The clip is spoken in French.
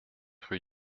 rue